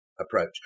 approach